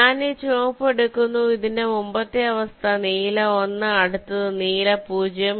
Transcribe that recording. ഞാൻ ഈ ചുമപ്പ് എടുക്കുന്നു ഇതിന്റെ മുമ്പത്തെ അവസ്ഥ നീല 1 അടുത്തത് നീല 0